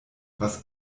was